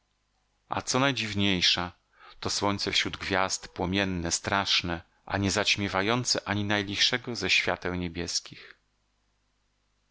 a co najdziwniejsza to słońce wśród gwiazd płomienne straszne a nie zaćmiewające ani najlichszego ze świateł niebieskich